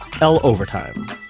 L-Overtime